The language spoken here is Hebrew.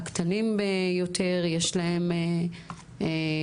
לקטנים יותר יש קייטנות,